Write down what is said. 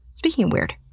speaking of weird,